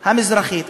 המזרחית,